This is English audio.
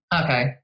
Okay